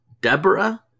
Deborah